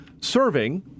serving